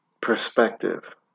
perspective